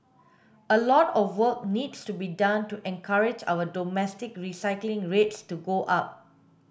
a lot of work needs to be done to encourage our domestic recycling rates to go up